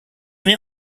may